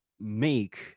make